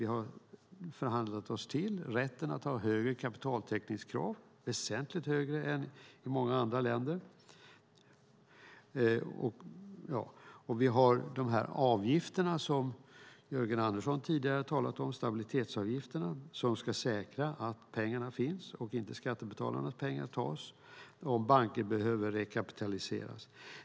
Vi har förhandlat till oss rätten att ha högre kapitaltäckningskrav, väsentligt högre än i många andra länder. Och vi har de här avgifterna, som Jörgen Andersson tidigare har talat om, stabilitetsavgifterna, som ska säkra att pengarna finns och att inte skattebetalarnas pengar tas om banker behöver rekapitaliseras.